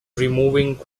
removing